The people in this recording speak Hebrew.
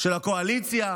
של האופוזיציה,